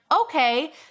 okay